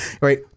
Right